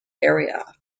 area